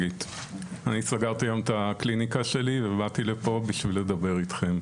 אני סגרתי היום את הקליניקה שלי ובאתי לפה בשביל לדבר איתכם.